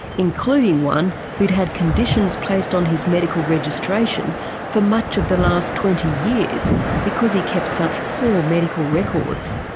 including one who'd had conditions placed on his medical registration for much of the last twenty years because he kept such poor medical records.